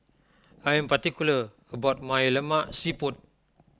I am particular about my Lemak Siput